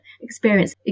experience